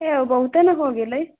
ए ओ बहुते न हो गेलै